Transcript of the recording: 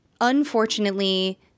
unfortunately